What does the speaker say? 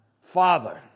Father